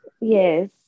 Yes